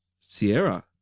Sierra